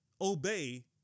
Obey